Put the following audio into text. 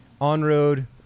On-road